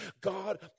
God